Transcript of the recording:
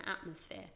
atmosphere